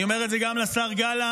אני אומר את זה גם לשר גלנט,